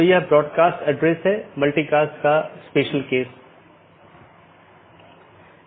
यह कनेक्टिविटी का तरीका है